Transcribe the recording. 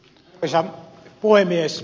arvoisa puhemies